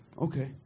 Okay